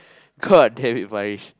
god damn it Parish